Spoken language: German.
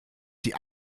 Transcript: die